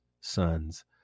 sons